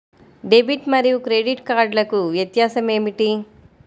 Debit మరియు credit కార్డ్లకు వ్యత్యాసమేమిటీ?